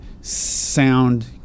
sound